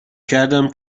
کردم